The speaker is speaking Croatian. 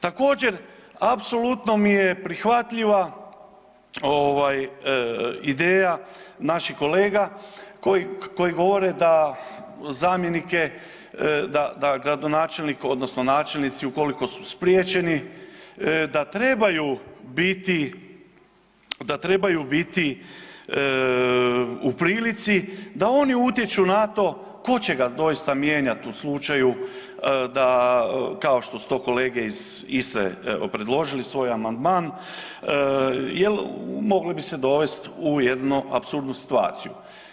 Također apsolutno mi je prihvatljiva ideja naših kolega koji govore da zamjenike, da gradonačelnik, odnosno načelnici ukoliko su spriječeni da trebaju biti u prilici da oni utječu na to tko će ga doista mijenjati u slučaju da kao što su to kolege iz Istre predložili svoj amandman, jer mogli bi se dovesti u jednu apsurdnu situaciju.